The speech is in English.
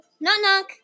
knock-knock